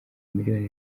miliyoni